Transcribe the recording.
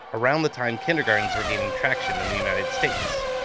around the time kindergartens were gaining traction in the united states.